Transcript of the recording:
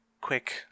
quick